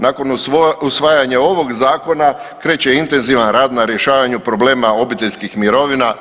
Nakon usvajanja ovog Zakona kreće intenzivan rad na rješavanju problema obiteljskih mirovina.